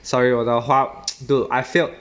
sorry 我的华 dude I failed